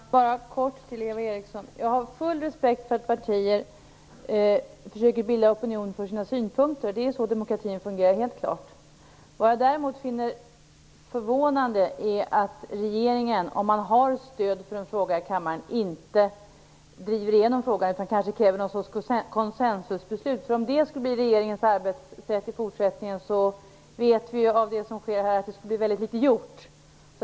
Herr talman! Jag vill bara kort säga till Eva Eriksson att jag har full respekt för att partier försöker bilda opinion för sina synpunkter. Det är helt klart så demokratin fungerar. Vad jag däremot finner förvånande är att regeringen inte driver igenom frågan, när man har stöd för den i kammaren, utan kräver något slags konsensusbeslut. Om det skall vara regeringens arbetssätt i fortsättningen vet vi att väldigt litet kommer att bli gjort.